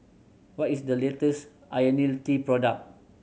what is the latest Ionil T product